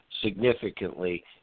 significantly